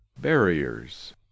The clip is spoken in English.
barriers